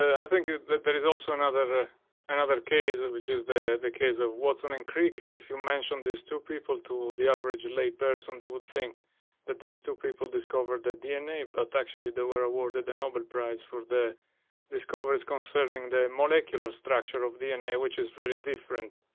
i think ah there is also another another case, and which is the the case of watson and crick. if you mention these two people to the average lay person, they would think that these two people discovered the dna but actually they were awarded the nobel prize for the discoveries concerning the molecular structure of dna, which is very different.